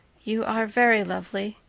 you are very lovely,